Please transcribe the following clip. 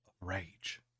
rage